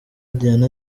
diana